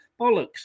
bollocks